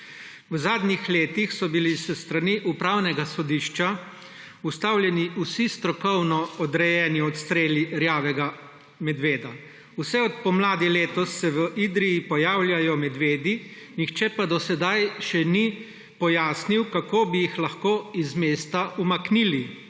V zadnjih letih so bili s strani Upravnega sodišča ustavljeni vsi strokovno odrejeni odstreli rjavega medveda. Vse od pomladi letos se v Idriji pojavljajo medvedi, nihče pa do sedaj še ni pojasnil, kako bi jih lahko iz mesta umaknili.